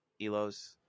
elos